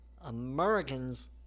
Americans